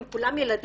הם כולם ילדים,